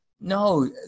No